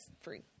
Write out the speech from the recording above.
free